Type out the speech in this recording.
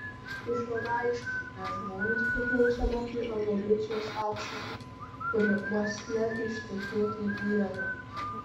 išvada aiški mes žmonės priklausome tai evoliucijos atšakai kuri uoslę iškeitė į regą